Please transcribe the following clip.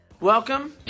Welcome